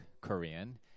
Korean